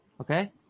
Okay